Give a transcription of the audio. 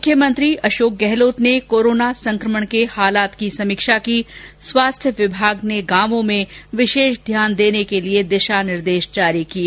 मुख्यमंत्री अशोक गहलोत ने कोरोना संक्रमण के हालात की समीक्षा की स्वास्थ्य विभाग ने गांवों में विशेष ध्यान देने के लिए दिशा निर्देश जारी किये